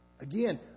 Again